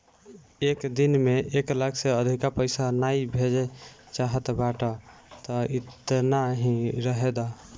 एक दिन में एक लाख से अधिका पईसा नाइ भेजे चाहत बाटअ तअ एतना ही रहे दअ